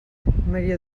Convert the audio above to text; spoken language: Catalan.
maria